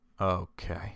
Okay